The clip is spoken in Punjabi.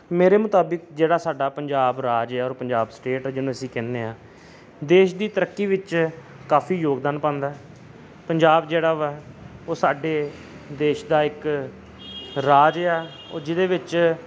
ਮੇਰੇ ਮੁਤਾਬਿਕ ਜਿਹੜਾ ਸਾਡਾ ਪੰਜਾਬ ਰਾਜ ਆ ਔਰ ਪੰਜਾਬ ਸਟੇਟ ਜਿਹਨੂੰ ਅਸੀਂ ਕਹਿੰਦੇ ਹਾਂ ਦੇਸ਼ ਦੀ ਤਰੱਕੀ ਵਿੱਚ ਕਾਫੀ ਯੋਗਦਾਨ ਪਾਉਂਦਾ ਪੰਜਾਬ ਜਿਹੜਾ ਵਾ ਉਹ ਸਾਡੇ ਦੇਸ਼ ਦਾ ਇੱਕ ਰਾਜ ਆ ਉਹ ਜਿਹਦੇ ਵਿੱਚ